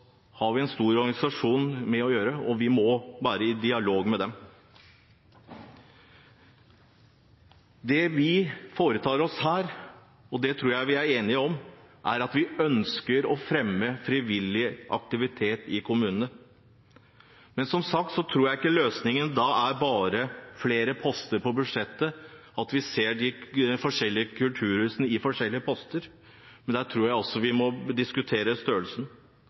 har vi med en mengde organisasjoner å gjøre, og vi må være i dialog med dem. Her – det tror jeg vi er enige om – ønsker vi å fremme frivillig aktivitet i kommunene. Men som sagt tror jeg ikke løsningen bare er flere poster på budsjettet, at vi ser de forskjellige kulturhusene i forskjellige poster, jeg tror også vi må diskutere størrelsen